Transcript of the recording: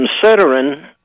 considering